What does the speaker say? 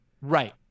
Right